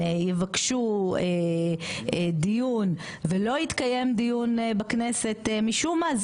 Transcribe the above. יבקשו דיון ולא יתקיים דיון בכנסת משום מה,